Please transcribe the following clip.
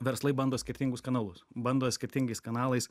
verslai bando skirtingus kanalus bando skirtingais kanalais